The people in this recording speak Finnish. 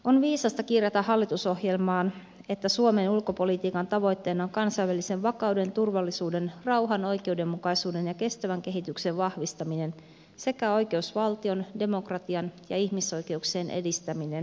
on viisasta kirjata hallitusohjelmaan että suomen ulkopolitiikan tavoitteena on kansainvälisen vakauden turvallisuuden rauhan oikeudenmukaisuuden ja kestävän kehityksen vahvistaminen sekä oikeusvaltion demokratian ja ihmisoikeuksien edistäminen